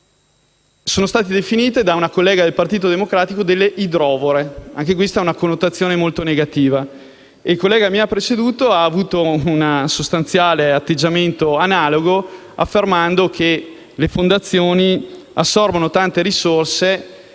Sono state definite da una collega del Partito Democratico delle "idrovore"; anche questa è una connotazione molto negativa. Chi mi ha preceduto ha avuto un atteggiamento sostanzialmente analogo, affermando che le fondazioni assorbono tante risorse